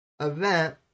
event